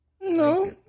No